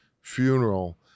funeral